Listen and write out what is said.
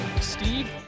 steve